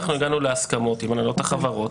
אנחנו הגענו להסכמות עם הנהלות החברות